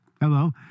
Hello